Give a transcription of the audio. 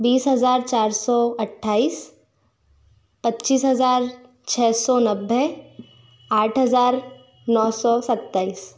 बीस हज़ार चार सौ अट्ठाईस पच्चीस हज़ार छः सौ नब्बी आठ हज़ार नौ सौ सत्ताईस